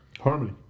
Harmony